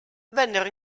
vennero